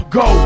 go